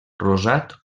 rosat